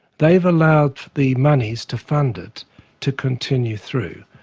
they've allowed the monies to fund it to continue through.